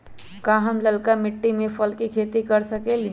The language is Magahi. का हम लालका मिट्टी में फल के खेती कर सकेली?